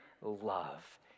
love